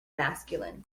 masculine